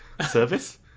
Service